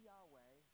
Yahweh